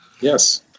Yes